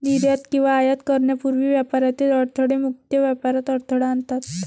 निर्यात किंवा आयात करण्यापूर्वी व्यापारातील अडथळे मुक्त व्यापारात अडथळा आणतात